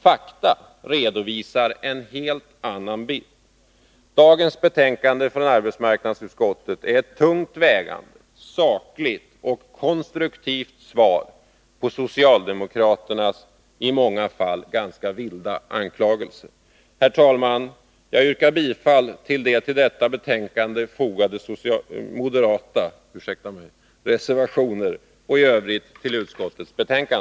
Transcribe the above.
Fakta redovisar en helt annan bild. Nu föreliggande betänkande från arbetsmarknadsutskottet är ett tungt vägande, sakligt och konstruktivt svar på socialdemokraternas i många fall ganska vilda anklagelser. Herr talman! Jag yrkar bifall till de vid detta betänkande fogade moderata reservationerna och i övrigt till utskottets hemställan.